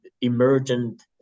emergent